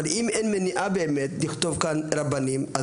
אם אין מניעה באמת לכתוב כאן רבנים,